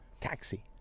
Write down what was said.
Taxi